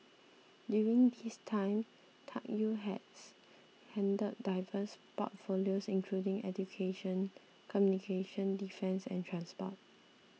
during this time Tuck Yew has handled diverse portfolios including education communications defence and transport